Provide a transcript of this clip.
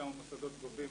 כמה מוסדות גובים